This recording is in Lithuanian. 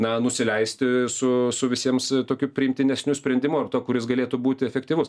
na nusileisti su su visiems tokiu priimtinesniu sprendimu ir to kuris galėtų būti efektyvus